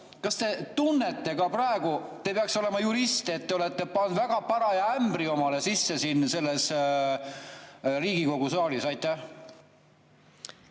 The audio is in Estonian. Kas te tunnete ka praegu – te peaks olema jurist –, et te olete [tekitanud] väga paraja ämbri omale siin selles Riigikogu saalis?